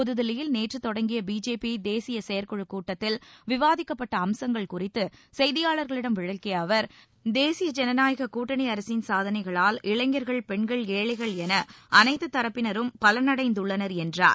புதுதில்லியில் நேற்று தொடங்கிய பிஜேபி தேசிய செயற்குழு கூட்டத்தில் விவாதிக்கப்பட்ட அம்சங்கள் குறித்து செய்தியாளர்களிடம் விளக்கிய அவர் தேசிய ஜனநாயக கூட்டணி அரசின் சாதனைகளால் இளைஞர்கள் பெண்கள் ஏழைகள் என அனைத்துத் தரப்பினரும் பலனடைந்துள்ளனர் என்றார்